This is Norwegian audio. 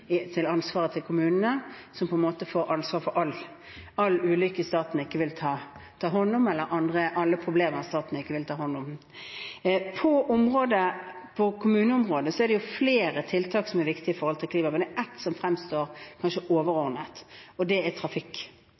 for alle problemer staten ikke vil ta hånd om. På kommuneområdet er det flere tiltak som er viktige når det gjelder klima, men det er et som kanskje fremstår overordnet, og det er trafikk.